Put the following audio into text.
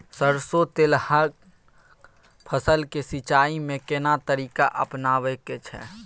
सरसो तेलहनक फसल के सिंचाई में केना तरीका अपनाबे के छै?